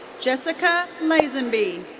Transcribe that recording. jessica lazenby.